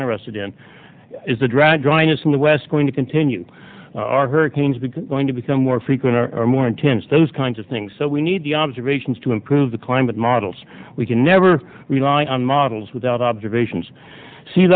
interested in is the drag dryness in the west going to continue our hurricanes because going to become more frequent are more intense those kinds of things so we need the observations to improve the climate models we can never rely on models without observations sea